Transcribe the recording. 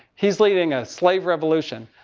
he's leading a slave revolution.